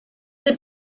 the